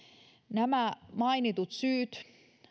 nämä mainitut syyt